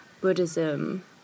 Buddhism